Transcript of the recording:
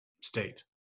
state